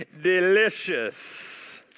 Delicious